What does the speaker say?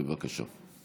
בבקשה.